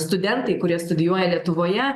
studentai kurie studijuoja lietuvoje